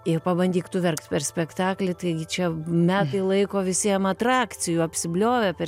ir pabandyk tu verkt per spektaklį taigi čia matai laiko visiem atrakcijų apsibliovė per